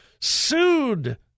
sued